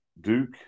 Duke